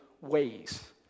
ways